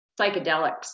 psychedelics